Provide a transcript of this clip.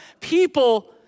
people